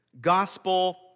gospel